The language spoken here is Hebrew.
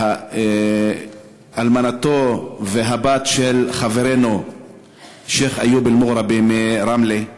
אלמנתו והבת של חברנו שיח' איוב אל-מוגרבי מרמלה.